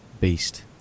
beast